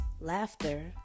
laughter